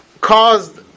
caused